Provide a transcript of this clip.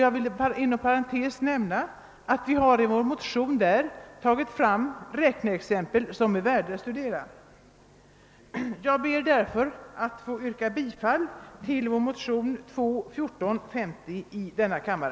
Jag vill inom parentes nämna att vi i vår motion tagit fram räkneexempel som är värda att studera. Jag ber därför att få yrka bifall till vår motion nr 1415 i denna kammare.